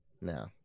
No